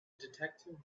detective